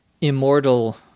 immortal